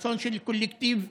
רצון של קולקטיב לאומי.